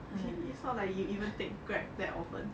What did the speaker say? it is not like you even take grab that often